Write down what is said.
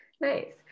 Nice